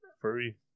Furry